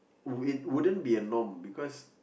it wouldn't be a norm because